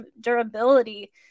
durability